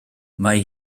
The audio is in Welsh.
mae